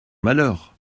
malheur